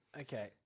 Okay